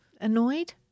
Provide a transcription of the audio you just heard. Annoyed